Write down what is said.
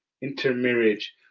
intermarriage